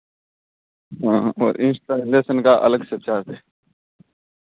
हाँ और इंसटालेशन का अलग से चार्ज है